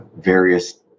various